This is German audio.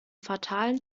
fatalen